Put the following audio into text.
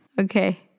Okay